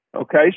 Okay